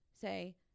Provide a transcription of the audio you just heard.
say